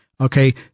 okay